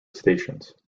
stations